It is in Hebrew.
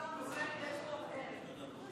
איזה דבר מעולה יש פה הערב.